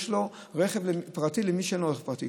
לו רכב פרטי מול מי שאין לו רכב פרטי.